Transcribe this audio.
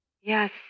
Yes